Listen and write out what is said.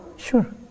Sure